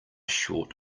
short